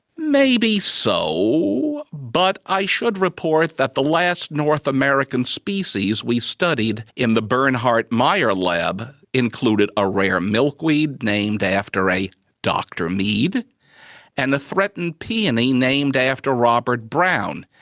maybe so, but i should report that the last north american species we studied in the bernhardt-meier lab included a rare milkweed named after a dr mead and a threatened peony named after robert brown,